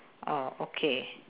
orh okay